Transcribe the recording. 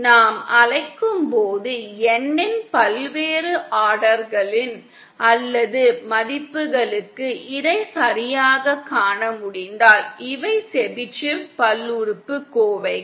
நாம் அழைக்கும் போது N இன் பல்வேறு ஆர்டர்கள் அல்லது மதிப்புகளுக்கு இதை சரியாகக் காண முடிந்தால் இவை செபிஷேவ் பல்லுறுப்புக்கோவைகள்